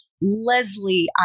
Leslie